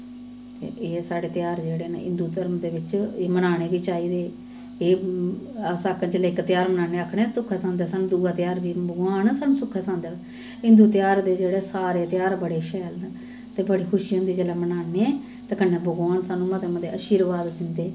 ते एह् साढ़े तेहार जेह्ड़े न हिन्दू धर्म दे बिच्च एह् मनाने बी चाहिदे एह् अस आप्पै जेल्लै इक तेहार मनाने आखदे सुक्खा सांदे सानूं दूआ तेहार बी भगवान सानूं सुक्खै सांदे हिन्दू तेहार दे जेह्ड़े सारे तेहार बड़े शैल न ते बड़ी खुशी होंदी जेल्लै मनाने ते कन्नै भगवान सानूं मते मते अशीर्बाद दिंदे